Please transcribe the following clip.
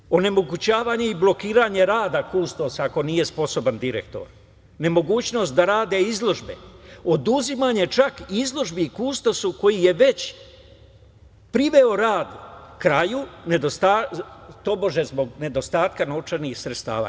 Dalje, onemogućavanje i blokiranje rada kustosa, ako nije sposoban direktor, nemogućnost da rade izložbe, oduzimanje čak izložbi kustosu koji je već priveo rad kraju, tobože zbog nedostatka novčanih sredstava.